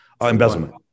embezzlement